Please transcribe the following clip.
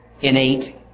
innate